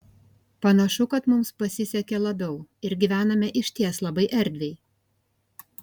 panašu kad mums pasisekė labiau ir gyvename išties labai erdviai